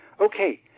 Okay